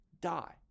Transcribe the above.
die